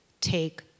take